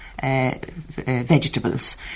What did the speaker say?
vegetables